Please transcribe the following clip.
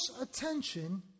attention